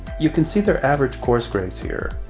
you can see their average course grades here.